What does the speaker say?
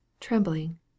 trembling